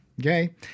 Okay